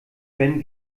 wenn